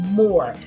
more